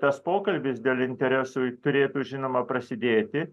tas pokalbis dėl interesų turėtų žinoma prasidėti